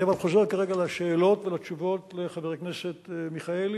אני אומנם חוזר כרגע על התשובות לחבר הכנסת מיכאלי,